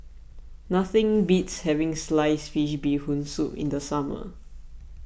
nothing beats having Sliced Fish Bee Hoon Soup in the summer